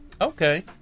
Okay